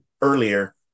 earlier